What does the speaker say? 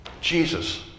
Jesus